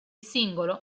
singolo